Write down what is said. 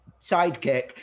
sidekick